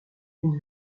une